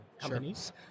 companies